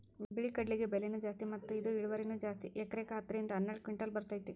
ಬಿಳಿ ಕಡ್ಲಿಗೆ ಬೆಲೆನೂ ಜಾಸ್ತಿ ಮತ್ತ ಇದ ಇಳುವರಿನೂ ಜಾಸ್ತಿ ಎಕರೆಕ ಹತ್ತ ರಿಂದ ಹನ್ನೆರಡು ಕಿಂಟಲ್ ಬರ್ತೈತಿ